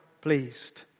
pleased